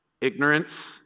ignorance